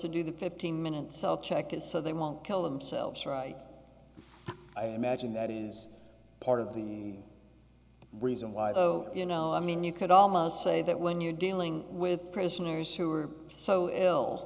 to do the fifteen minutes check is so they won't kill themselves right i imagine that is part of the reason why though you know i mean you could almost say that when you're dealing with prisoners who are so ill